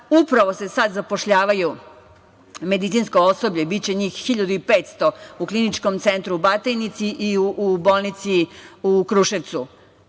Upravo se sad zapošljavaju medicinsko osoblje, biće njih 1500 u Kliničkom centru u Batajnici o i bolnici u Kruševcu. Tako